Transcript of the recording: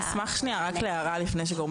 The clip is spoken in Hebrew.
שנייה, לא קיבלת משם מענה?